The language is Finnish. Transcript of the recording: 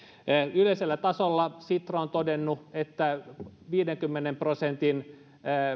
yleisellä tasolla sitra on todennut että viidenkymmenen prosentin